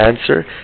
Answer